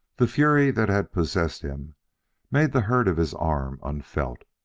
the fury that had possessed him made the hurt of his arm unfelt.